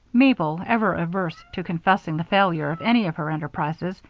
mabel, ever averse to confessing the failure of any of her enterprises,